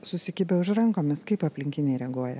susikibę už rankomis kaip aplinkiniai reaguoja